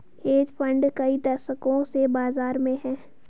hedge fund कई दशकों से बाज़ार में हैं